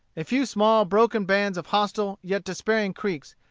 a few small, broken bands of hostile, yet despairing creeks,